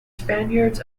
spaniards